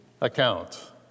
account